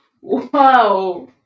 Wow